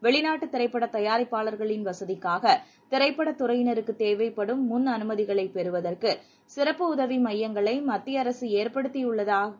வெளிநாட்டு திரைப்பட தயாரிப்பாளர்களின் வசதிக்காக திரைப்பட துறையினருக்குத் தேவைப்படும் முன் அனுமதிகளைப் பெறுவதற்கு சிறப்பு உதவி மையங்களை மத்திய அரசு ஏற்படுத்தியுள்ளதாக கூறினார்